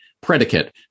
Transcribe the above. predicate